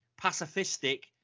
pacifistic